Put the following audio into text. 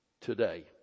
today